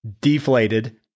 deflated